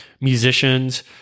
musicians